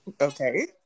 Okay